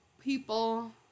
people